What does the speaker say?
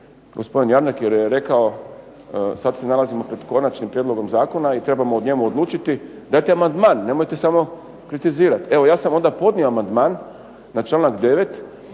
gospodin Jarnjak jer je rekao sad se nalazimo pred konačnim prijedlogom zakona i trebamo o njemu odlučiti, dajte amandman, nemojte samo kritizirati. Evo ja sam onda podnio amandman na članak 9.